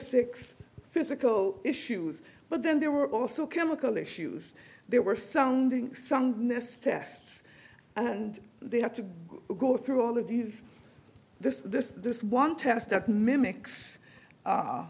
six physical issues but then there were also chemical issues there were sounding some mis tests and they had to go through all of these this this this one test that mimics